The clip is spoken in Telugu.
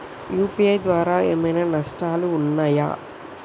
యూ.పీ.ఐ ద్వారా ఏమైనా నష్టాలు ఉన్నయా?